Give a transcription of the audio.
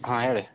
ಹಾಂ ಹೇಳಿ